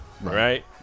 right